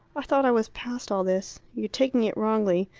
i thought i was past all this. you're taking it wrongly.